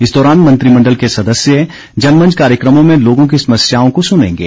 इस दौरान मंत्रिमण्डल के सदस्य जनमंच कार्यक्रमों में लोगों के समस्याओं को सुनेंगे